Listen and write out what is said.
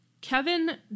Kevin